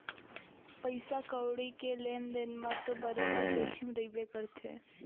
पइसा कउड़ी के लेन देन म तो बरोबर जोखिम रइबे करथे